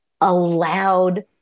allowed